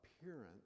appearance